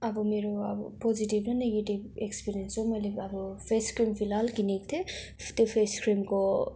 अब मेरो अब पोजेटिभ र नेगेटिभ एक्सपेरियन्स चाहिँ मैले अब फेस क्रीम फिलहाल किनेक थिएँ त्यो फेस क्रीमको